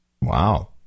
Wow